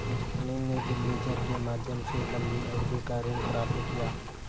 अनिल ने डिबेंचर के माध्यम से लंबी अवधि का ऋण प्राप्त किया